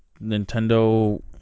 Nintendo